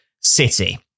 City